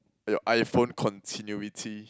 your iPhone continuity